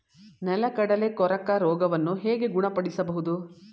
ನೆಲಗಡಲೆ ಕೊರಕ ರೋಗವನ್ನು ಹೇಗೆ ಗುಣಪಡಿಸಬಹುದು?